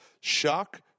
shock